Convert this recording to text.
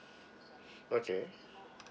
okay